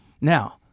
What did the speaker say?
Now